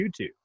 YouTube